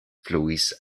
fluis